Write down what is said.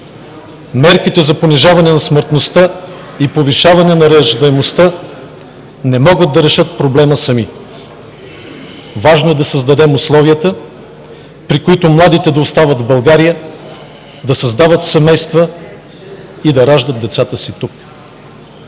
Мерките за понижаване на смъртността и повишаване на раждаемостта не могат да решат проблема сами. Важно е да създадем условията, при които младите да остават в България, да създават семейства и да раждат децата си тук,